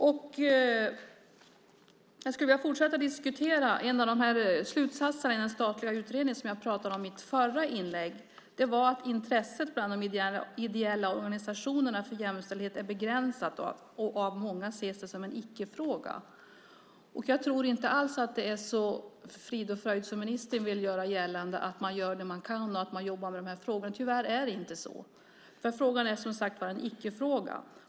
Jag skulle vilja fortsätta att diskutera en av slutsatserna i den statliga utredning som jag pratade om i mitt förra inlägg. Intresset bland de ideella organisationerna för jämställdhet är begränsat, och av många ses det som en icke-fråga. Jag tror inte alls att det är så frid och fröjd som ministern vill göra gällande, det vill säga att man gör det man kan och jobbar med frågorna. Tyvärr är det inte så. Frågan är en icke-fråga.